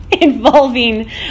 involving